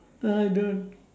uh don't